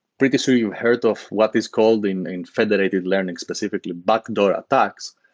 pretty sure you've heard of what is called in in federated learning specifically, backdoor attacks.